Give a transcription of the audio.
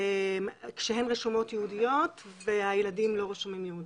שהן רשומות יהודיות והילדים לא רשומים יהודים.